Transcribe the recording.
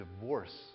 divorce